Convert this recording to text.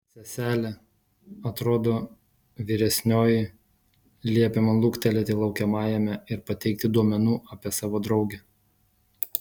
seselė atrodo vyresnioji liepė man luktelėti laukiamajame ir pateikti duomenų apie savo draugę